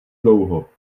dlouho